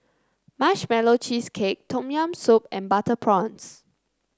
Marshmallow Cheesecake Tom Yam Soup and Butter Prawns